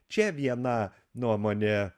čia viena nuomonė